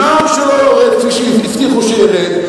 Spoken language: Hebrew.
במע"מ שלא יורד כפי שהבטיחו שירד.